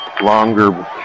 longer